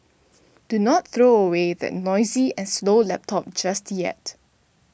do not throw away that noisy and slow laptop just yet